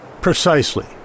Precisely